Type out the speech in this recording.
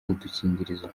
udukingirizo